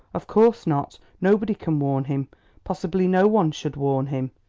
of course not. nobody can warn him possibly no one should warn him.